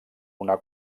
una